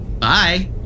Bye